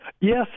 Yes